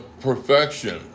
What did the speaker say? perfection